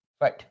Right